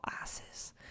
asses